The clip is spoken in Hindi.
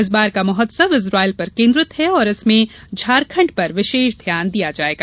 इस बार का महोत्सव इस्राइल पर केंद्रित है और इसमें झारखंड पर विशेष ध्यान दिया जाएगा